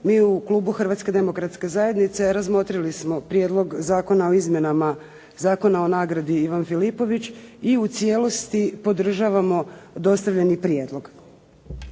Mi u klubu Hrvatske demokratske zajednice razmotrili smo Prijedlog zakona o izmjenama Zakona o nagradi "Ivan Filipović" i u cijelosti podržavamo dostavljeni prijedlog.